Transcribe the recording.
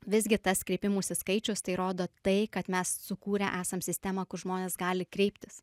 visgi tas kreipimųsi skaičius tai rodo tai kad mes sukūrę esam sistemą kur žmonės gali kreiptis